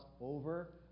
over